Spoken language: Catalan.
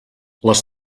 les